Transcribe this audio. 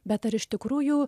bet ar iš tikrųjų